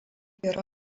yra